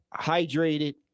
hydrated